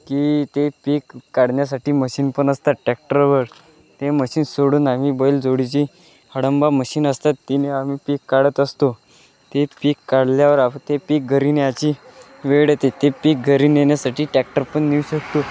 की ते पिक काढण्यासाठी मशीनपण असतात टॅक्टरवर ते मशीन सोडून आम्ही बैलजोडीची हडंबा मशीन असतात तिने आम्ही पिक काढत असतो ते पिक काढल्यावर ते पिक घरी न्यायची वेळ येते ते पिक घरी नेण्यासाठी टॅक्टरपन नेऊ शकतो